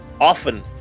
often